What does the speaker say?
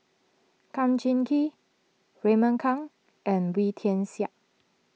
Kum Chee Kin Raymond Kang and Wee Tian Siak